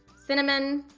cinnamon,